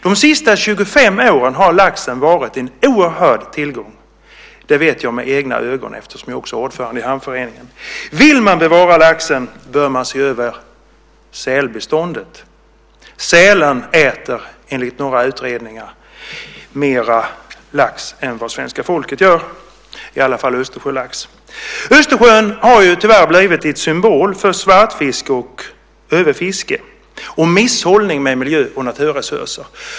De senaste 25 åren har laxen varit en oerhörd tillgång. Det vet jag för jag har sett det med egna ögon. Jag är ordförande i hamnföreningen. Vill man bevara laxen bör man se över sälbeståndet. Sälen äter enligt en del utredningar mera lax än vad svenska folket gör, i alla fall östersjölax. Östersjön har tyvärr blivit en symbol för svartfiske och överfiske och misshållning med miljö och naturresurser.